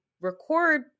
record